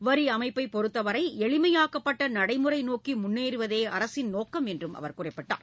வரி அமைப்பை பொறுத்தவரை எளிமையாக்கப்பட்ட நடைமுறை நோக்கி முன்னேறுவதே அரசின் நோக்கம் என்றும் அவர் குறிப்பிட்டார்